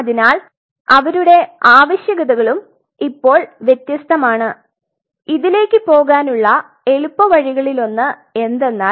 അതിനാൽ അവരുടെ ആവശ്യകതകളും ഇപ്പോൾ വ്യത്യസ്തമാണ് ഇതിലേക്ക് പോകാനുള്ള എളുപ്പവഴികളിലൊന്ന് എന്തെന്നാൽ